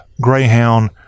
Greyhound